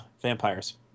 vampires